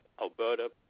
Alberta